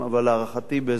אבל להערכתי באזור